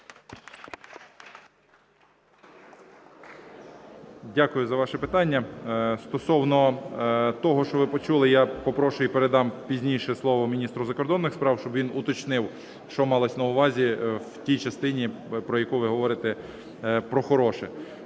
Дякую за ваше питання. Стосовно того, що ви почули, я попрошу і передам пізніше слово міністру закордонних справ, щоб він уточнив, що малося на увазі в тій частині, про яку ви говорите, про хороше.